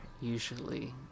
usually